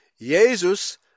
Jesus